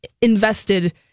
invested